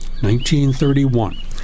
1931